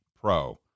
pro